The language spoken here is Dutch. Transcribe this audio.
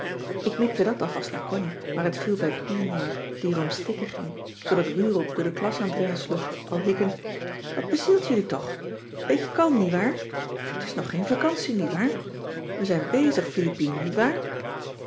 ik mikte dat alvast naar connie maar het viel bij pien neer die er om stikken ging zoodat rurop door de klas aan t rennen sloeg al hikkend wat bezielt jullie toch n beetje kalm nietwaar t is nog geen vacantie nietwaar we zijn bezig philippien nietwaar ja